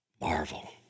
Marvel